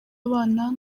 abana